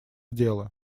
дело